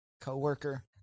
co-worker